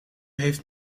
heeft